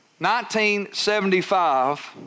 1975